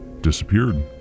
disappeared